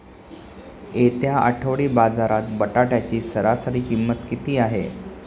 येत्या आठवडी बाजारात बटाट्याची सरासरी किंमत किती आहे?